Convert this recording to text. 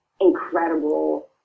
incredible